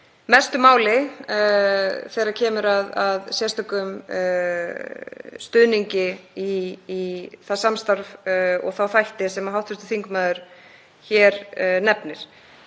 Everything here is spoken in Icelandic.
mestu máli þegar kemur að sérstökum stuðningi við það samstarf og þá þætti sem hv. þingmaður nefnir.